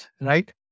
Right